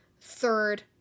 third